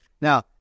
Now